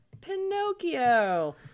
Pinocchio